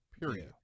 period